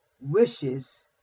wishes